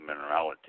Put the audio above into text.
minerality